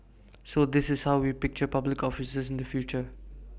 so this is how we picture public officers in the future